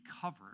covered